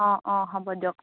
অঁ অঁ হ'ব দিয়ক